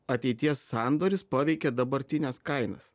ateities sandoris paveikė dabartines kainas